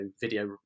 video